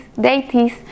deities